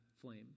flame